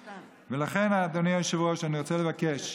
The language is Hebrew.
לכן, אדוני היושב-ראש, אני רוצה לבקש